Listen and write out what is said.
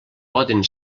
poden